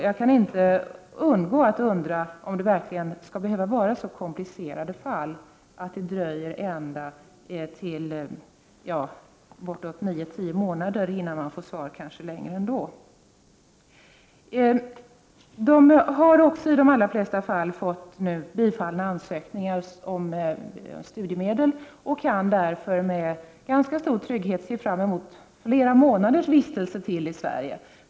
Jag kan inte undgå att undra om det verkligen skall behöva vara så komplicerade fall att det dröjer nio-tio månader, kanske längre ändå, innan de får svar. De allra flesta har nu fått bifall till ansökningarna om studiemedel, och de kan därför med ganska stor trygghet se fram emot flera månaders vistelse till i Sverige.